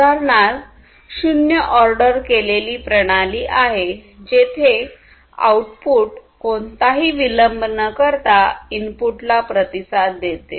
उदाहरणार्थ शून्य ऑर्डर केलेली प्रणाली आहे जेथे आउटपुट कोणताही विलंब न करता इन पुटला प्रतिसाद देते